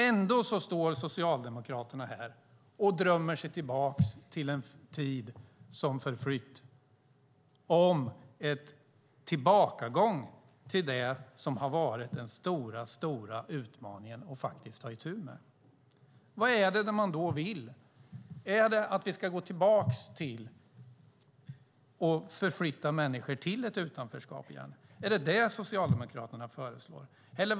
Ändå drömmer sig Socialdemokraterna tillbaka till en svunnen tid och den stora utmaning som vi faktiskt tagit itu med. Vad är det Socialdemokraterna vill? Vill de gå tillbaka och åter förflytta människor till ett utanförskap? Är det vad de föreslår?